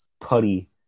putty